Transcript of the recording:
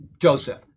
joseph